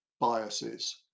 biases